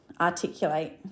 articulate